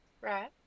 right